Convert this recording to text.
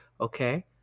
okay